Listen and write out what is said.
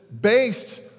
based